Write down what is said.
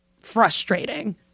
frustrating